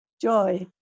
joy